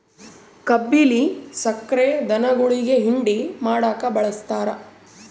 ಕಬ್ಬಿಲ್ಲಿ ಸಕ್ರೆ ಧನುಗುಳಿಗಿ ಹಿಂಡಿ ಮಾಡಕ ಬಳಸ್ತಾರ